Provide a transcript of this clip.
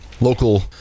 Local